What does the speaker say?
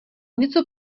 něco